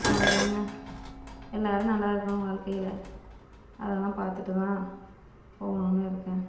அவ்வளோதாங்க எல்லாரும் நல்லா இருக்கணும் வாழ்க்கையில் அதெல்லாம் பார்த்துட்டுதான் போகணுன்னு இருக்கேன்